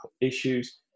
issues